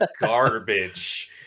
garbage